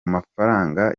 mafaranga